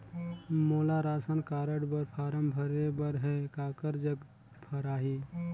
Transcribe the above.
मोला ration card form फारम भरे बर हे काकर जग भराही?